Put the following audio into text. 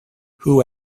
who